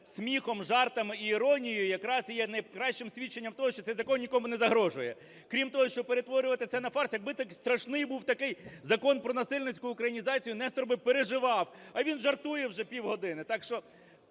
сміхом, жартом і іронією, якраз і є кращим свідченням того, що цей закон нікому не загрожує. Крім того, що перетворювати це на фарс. Якби страшний був такий закон про насильницьку українізацію, Нестор би переживав. А він жартує вже півгодини. Так що